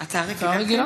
המזכירה?